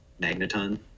Magneton